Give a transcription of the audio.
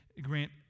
grant